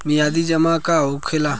मियादी जमा का होखेला?